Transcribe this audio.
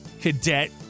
Cadet